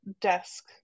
desk